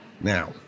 Now